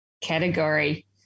category